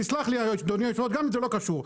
תסלח לי אדוני היו"ר גם אם זה לא קשור,